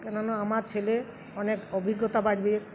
কেননা আমার ছেলে অনেক অভিজ্ঞতা বাড়বে